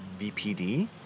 VPD